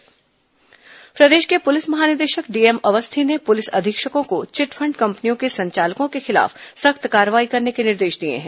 chit fund company कार्रवाई प्रदेश के पुलिस महानिदेशक डीएम अवस्थी ने पुलिस अधीक्षकों को चिटफण्ड कंपनियों के संचालकों के खिलाफ सख्त कार्रवाई करने के निर्देश दिये हैं